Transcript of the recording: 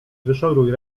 wyszoruj